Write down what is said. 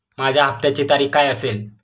माझ्या हप्त्याची तारीख काय असेल?